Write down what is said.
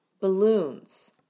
balloons